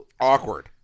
Awkward